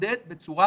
ונתמודד בצורה